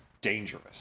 dangerous